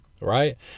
right